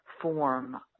form